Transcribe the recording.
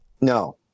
No